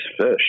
fish